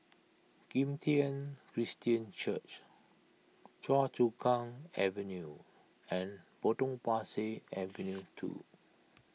Kim Tian Christian Church Choa Chu Kang Avenue and Potong Pasir Avenue two